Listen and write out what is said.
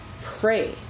pray